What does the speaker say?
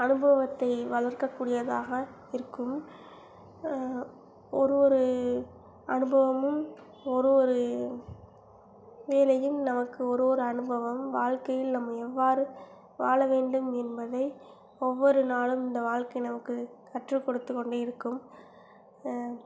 அனுபவத்தை வளர்க்க கூடியதாக இருக்கும் ஒரு ஒரு அனுபவமும் ஒரு ஒரு வேலையும் நமக்கு ஒரு ஒரு அனுபவம் வாழ்க்கையில் நம் எவ்வாறு வாழ வேண்டும் என்பதே ஒவ்வொரு நாளும் இந்த வாழ்க்கை நமக்கு கற்றுக்கொடுத்து கொண்டே இருக்கும்